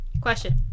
Question